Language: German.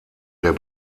der